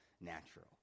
natural